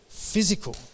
Physical